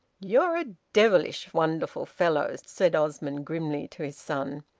you're a devilish wonderful fellow, said osmond grimly to his son.